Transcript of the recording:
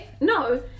No